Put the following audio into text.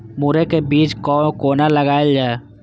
मुरे के बीज कै कोना लगायल जाय?